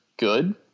Good